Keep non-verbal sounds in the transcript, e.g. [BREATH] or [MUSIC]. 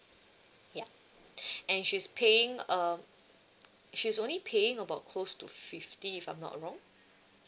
ya [BREATH] and she's paying uh she's only paying about close to fifty if I'm not wrong